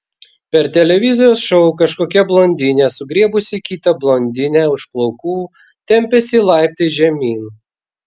per televizijos šou kažkokia blondinė sugriebusi kitą blondinę už plaukų tempėsi laiptais žemyn